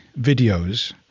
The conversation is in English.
videos